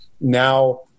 now